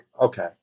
Okay